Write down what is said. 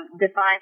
define